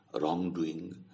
wrongdoing